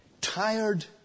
Tired